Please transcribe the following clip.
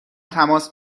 تماس